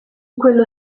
quello